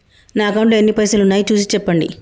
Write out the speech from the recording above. నా అకౌంట్లో ఎన్ని పైసలు ఉన్నాయి చూసి చెప్పండి?